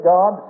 God